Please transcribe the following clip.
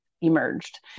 emerged